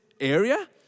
area